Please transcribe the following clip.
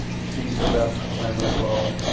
c sub f, laminate flow